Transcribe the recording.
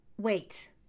Wait